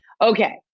Okay